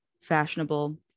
fashionable